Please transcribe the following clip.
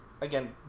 again